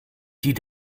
die